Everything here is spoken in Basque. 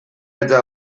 eta